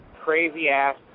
crazy-ass